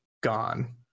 gone